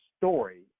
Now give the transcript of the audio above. story